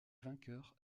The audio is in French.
vainqueurs